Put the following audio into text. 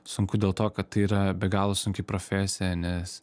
sunku dėl to kad tai yra be galo sunki profesija nes